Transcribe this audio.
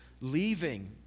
leaving